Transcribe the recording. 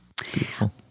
Beautiful